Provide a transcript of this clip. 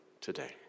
today